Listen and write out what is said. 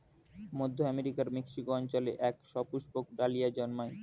মধ্য আমেরিকার মেক্সিকো অঞ্চলে এক সুপুষ্পক ডালিয়া জন্মায়